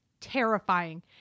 Terrifying